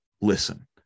listen